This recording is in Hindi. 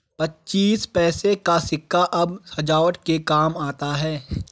पच्चीस पैसे का सिक्का अब सजावट के काम आता है